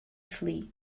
flee